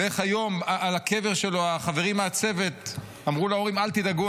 ואיך היום על הקבר שלו החברים מהצוות אמרו להורים: אל תדאגו,